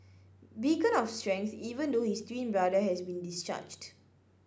beacon of strength even though his twin brother has been discharged